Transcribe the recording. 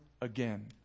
again